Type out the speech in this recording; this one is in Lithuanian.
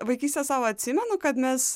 vaikystę savo atsimenu kad mes